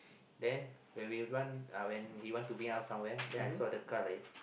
then when we want when he want to bring us somewhere then I saw the car like